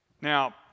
Now